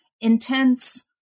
intense